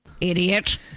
Idiot